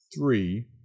three